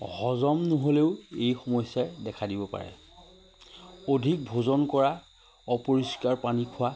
হজম নহ'লেও এই সমস্যাই দেখা দিব পাৰে অধিক ভোজন কৰা অপৰিষ্কাৰ পানী খোৱা